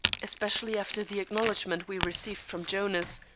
especially after the acknowledgment we received from jonas,